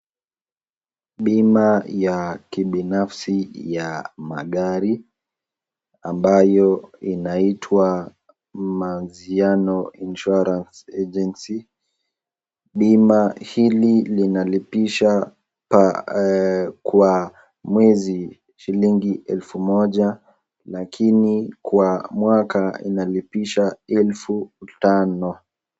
Bima ya kibinafsi ya magari ambayo inaitwa Anziano Insurance Agency, bima hili linalipisha kwa mwezi shilingi elfu moja lakini kwa mwaka inalipisha elfu tano.